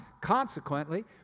Consequently